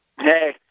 Hey